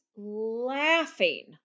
laughing